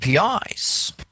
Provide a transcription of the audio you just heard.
APIs